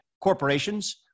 corporations